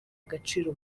agaciro